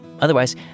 otherwise